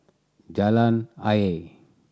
Jalan Ayer